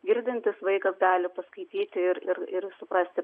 girdintis vaikas gali paskaityti ir ir suprasti